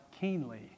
keenly